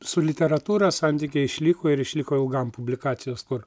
su literatūra santykiai išliko ir išliko ilgam publikacijos kur